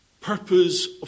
purpose